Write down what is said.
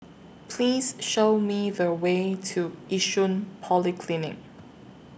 Please Show Me The Way to Yishun Polyclinic